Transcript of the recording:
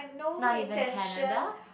not even Canada